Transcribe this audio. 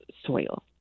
soil